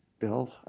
bill